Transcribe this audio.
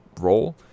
role